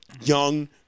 young